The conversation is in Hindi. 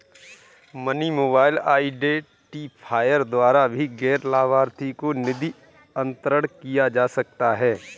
मनी मोबाइल आईडेंटिफायर द्वारा भी गैर लाभार्थी को निधि अंतरण किया जा सकता है